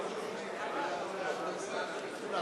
כמובן,